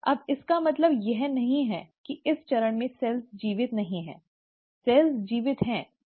अब इसका मतलब यह नहीं है कि इस चरण में कोशिकाएँ जीवित नहीं हैं कोशिकाएँ जीवित हैं